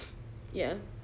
ya